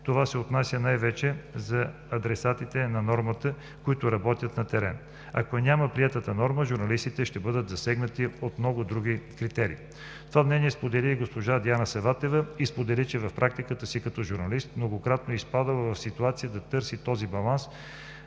Това се отнася най-вече за адресатите на нормата, които работят на терен. Ако я няма приетата норма, журналистите ще бъдат засегнати от много други критерии. Това мнение сподели и госпожа Диана Саватева и сподели, че в практиката си като журналист многократно е изпадала в ситуация да търси този баланс,